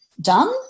done